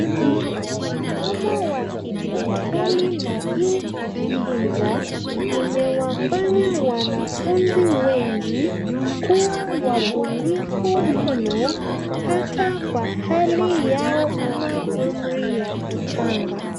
Mfumo wa kidijitali na E kujifunza, imewafanya wanafunzi wengi kuwa wabunifu mno, hata kwa hali yao ama umri ya kuchanga.